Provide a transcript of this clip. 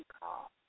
call